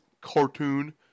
cartoon